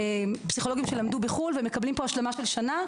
לפסיכולוגים שלמדו בחו"ל ומקבלים פה השלמה של שנה,